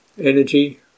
Energy